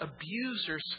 abusers